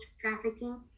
trafficking